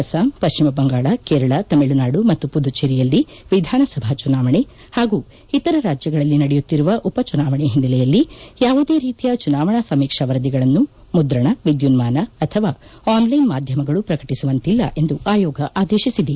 ಅಸ್ಸಾಂ ಪಶ್ಚಿಮ ಬಂಗಾಳ ಕೇರಳ ತಮಿಳುನಾಡು ಮತ್ತು ಪುದುಚೇರಿಯಲ್ಲಿ ವಿಧಾನಸಭಾ ಚುನಾವಣೆ ಹಾಗೂ ಇತರ ರಾಜ್ಯಗಳಲ್ಲಿ ನಡೆಯುತ್ತಿರುವ ಉಪ ಚುನಾವಣೆ ಹಿನ್ನೆಲೆಯಲ್ಲಿ ಯಾವುದೇ ರೀತಿಯ ಚುನಾವಣಾ ಸಮೀಕ್ಷಾ ವರದಿಗಳನ್ನು ಮುದ್ರಣ ವಿದ್ಯುನ್ಮಾನ ಅಥವಾ ಆನ್ಲ್ಟೆನ್ ಮಾಧ್ಯಮಗಳು ಪ್ರಕಟಿಸುವಂತಿಲ್ಲ ಎಂದು ಆಯೋಗ ಆದೇಶಿಸಿದೆ